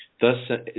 Thus